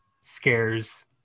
scares